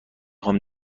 خوام